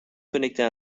connecter